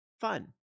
fun